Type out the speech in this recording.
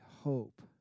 hope